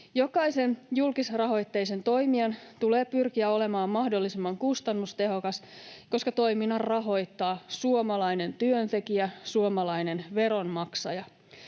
Jokaisen julkisrahoitteisen toimijan tulee pyrkiä olemaan mahdollisimman kustannustehokas, koska toiminnan rahoittaa suomalainen työntekijä, suomalainen veronmaksaja.